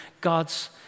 God's